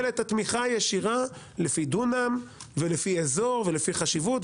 את התמיכה הישירה לפי דונם ולפי אזור ולפי חשיבות,